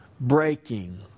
breaking